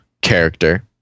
character